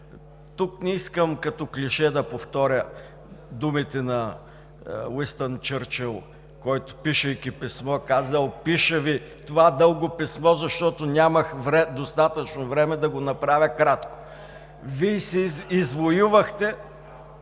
Тук не искам като клише да повторя думите на Уинстън Чърчил, който, пишейки писмо, казал: „Пиша Ви това дълго писмо, защото нямах достатъчно време да го направя кратко.“ Вие си извоювахте